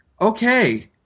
okay